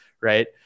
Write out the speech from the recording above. right